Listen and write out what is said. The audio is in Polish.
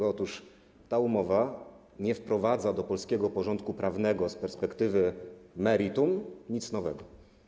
Otóż ta umowa nie wprowadza do polskiego porządku prawnego z perspektywy meritum nic nowego.